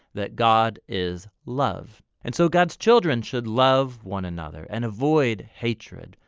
that god. is. love. and so god's children should love one another and avoid hatred.